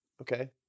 Okay